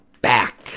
back